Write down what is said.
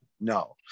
no